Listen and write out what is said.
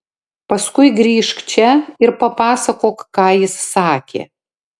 paskui grįžk čia ir papasakok ką jis sakė